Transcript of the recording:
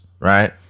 Right